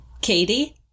Katie